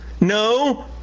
No